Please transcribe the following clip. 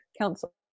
council